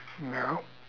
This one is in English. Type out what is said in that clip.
no